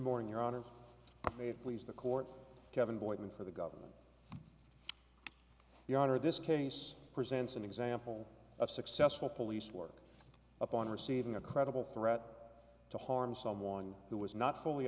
morning your honor may please the court kevin boykin for the government your honor this case presents an example of successful police work upon receiving a credible threat to harm someone who was not fully